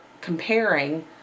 comparing